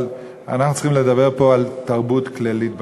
אבל אנחנו צריכים לדבר פה על תרבות כללית בעניין.